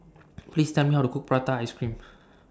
Please Tell Me How to Cook Prata Ice Cream